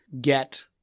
get